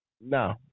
No